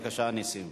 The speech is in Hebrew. בבקשה, נסים.